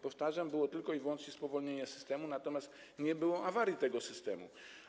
Powtarzam: było tylko i wyłącznie spowolnienie systemu, natomiast nie było awarii tego systemu.